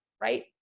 right